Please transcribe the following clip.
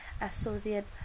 Associate